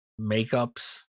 makeups